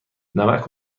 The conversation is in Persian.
نمک